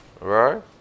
Right